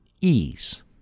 ease